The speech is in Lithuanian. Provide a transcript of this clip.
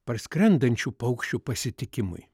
parskrendančių paukščių pasitikimui